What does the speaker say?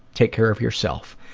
take care of yourself.